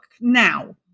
now